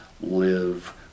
live